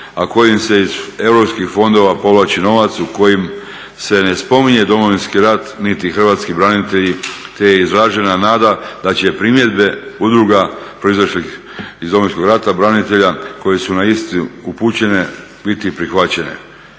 a kojim se iz Europskih fondova povlači novac u kojim se ne spominje Domovinski rat niti hrvatski branitelji te je izražena nada da će primjedbe udruga proizašlih iz Domovinskog rata branitelja koje su na isti upućene biti prihvaćene.